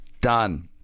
done